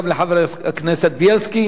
לחבר הכנסת בילסקי.